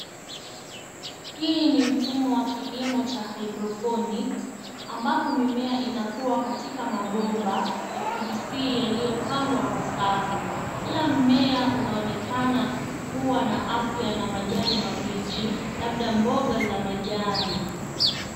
Hii ni mfumo wa kilimo cha hydroponic ambapo mimea inakua katika mabomba ya PVC yaliyopangwa kwa safu. Kila mmea unaonekana kuwa na afya na majani mabichi labda mboga za majani.